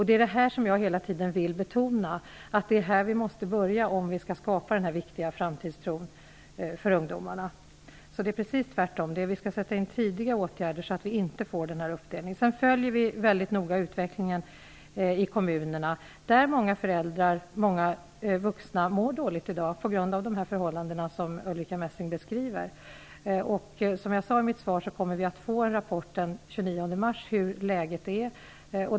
Det är det jag hela tiden vill betona, att det är med detta som vi måste börja om vi skall skapa den viktiga framtidstron hos ungdomarna. Det är alltså precis tvärtom -- vi skall sätta in åtgärder tidigt, så att vi inte får den här uppdelningen. Vi följer också väldigt noga utvecklingen i kommunerna. Det är i dag många föräldrar, många vuxna, som mår dåligt på grund av de förhållanden som Ulrica Messing beskriver. Som jag sade i mitt svar kommer vi den 29 mars att få en rapport om hur läget är.